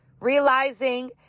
realizing